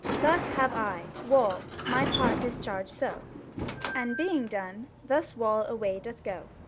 thus have i, wall, my part discharged so and, being done, thus wall away doth go.